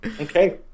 Okay